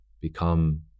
become